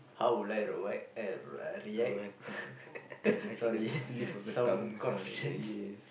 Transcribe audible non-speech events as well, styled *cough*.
how would I eh react *laughs* sorry some corruptions